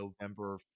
November